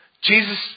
Jesus